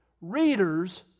readers